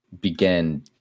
began